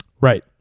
Right